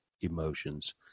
emotions